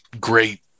great